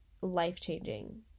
life-changing